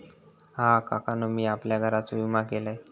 हा, काकानु मी आपल्या घराचो विमा केलंय